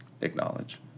acknowledge